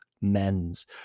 men's